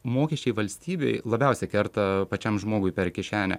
mokesčiai valstybei labiausia kerta pačiam žmogui per kišenę